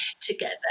together